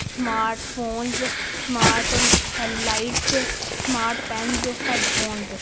smart phones smart lights smart pens headphones